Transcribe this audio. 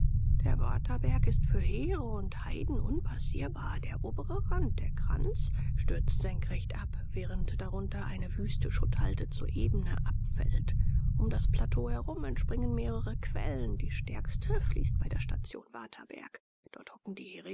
der waterberg ist für heere und heiden unpassierbar der obere rand der kranz stürzt senkrecht ab während darunter eine wüste schutthalde zur ebene abfällt um das plateau herum entspringen mehrere quellen die stärkste fließt bei der station waterberg dort hocken die